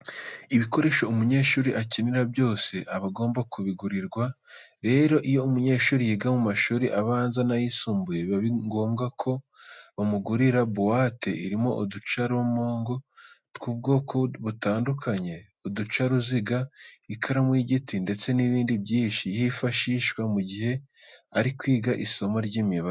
Ibikoresho umunyeshuri akenera byose aba agomba kubigurirwa. Rero, iyo umunyeshuri yiga mu mashuri abanza n'ayisumbuye biba ngombwa ko bamugurira buwate irimo uducamurongo tw'ubwoko butandukanye, uducaruziga, ikaramu y'igiti ndetse n'ibindi byinshi yifashisha mu gihe ari kwiga isomo ry'imibare.